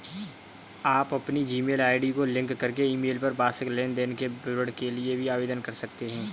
आप अपनी Gmail ID को लिंक करके ईमेल पर वार्षिक लेन देन विवरण के लिए भी आवेदन कर सकते हैं